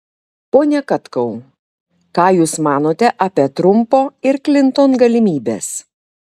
pone katkau ką jūs manote apie trumpo ir klinton galimybes